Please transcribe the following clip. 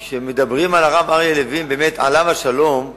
כשמדברים על הרב אריה לוין, באמת, עליו השלום,